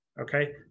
Okay